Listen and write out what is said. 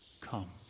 come